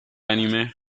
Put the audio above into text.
anime